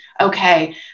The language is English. okay